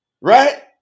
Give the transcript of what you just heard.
Right